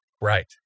Right